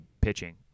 pitching